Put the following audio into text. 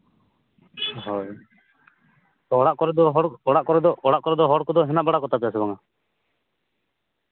ᱦᱳᱭ ᱚᱲᱟᱜ ᱠᱚᱨᱮ ᱫᱚ ᱦᱚᱲ ᱚᱲᱟᱜ ᱠᱚᱨᱮ ᱫᱚ ᱚᱲᱟᱜ ᱠᱚᱨᱮ ᱫᱚ ᱦᱚᱲ ᱠᱚᱫᱚ ᱦᱮᱱᱟᱜ ᱵᱟᱲᱟ ᱠᱚᱛᱟ ᱯᱮᱭᱟ ᱥᱮ ᱵᱟᱝᱼᱟ